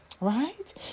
Right